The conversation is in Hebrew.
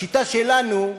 בשיטה שלנו,